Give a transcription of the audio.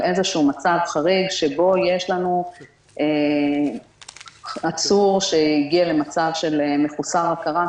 על איזשהו מצב חריג שבו יש לנו עצור שהגיע למצב של חוסר הכרה,